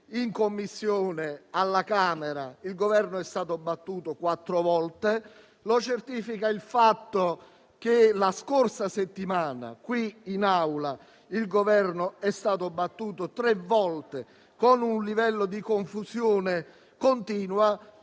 in Commissione alla Camera, il Governo è stato battuto quattro volte. Lo certifica il fatto che la scorsa settimana, qui in Aula, il Governo è stato battuto tre volte con un livello di confusione continua.